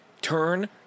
turn